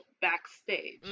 backstage